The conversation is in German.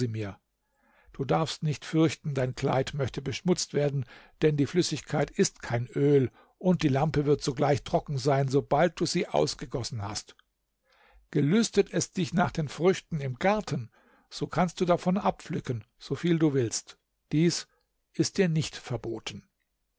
mir du darfst nicht fürchten dein kleid möchte beschmutzt werden denn die flüssigkeit ist kein öl und die lampe wird sogleich trocken sein sobald du sie ausgegossen hast gelüstet es dich nach den früchten im garten so kannst du davon abpflücken so viel du willst dies ist dir nicht verboten